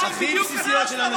קראתי היטב.